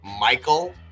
Michael